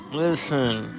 listen